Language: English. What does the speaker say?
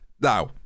now